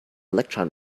electron